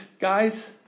guys